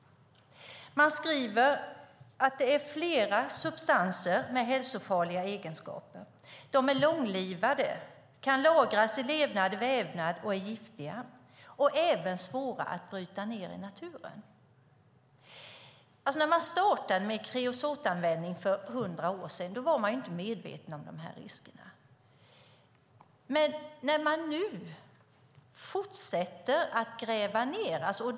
Man skriver att det är flera substanser med hälsofarliga egenskaper. De är långlivade, de kan lagras i levande vävnad och de är giftiga. De är även svåra att bryta ned i naturen. När man startade kreosotanvändningen för 100 år sedan var man inte medveten om riskerna. Men nu fortsätter man att gräva ned detta.